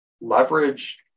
leverage